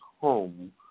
home